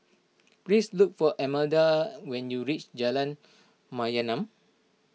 please look for Imelda when you reach Jalan Mayaanam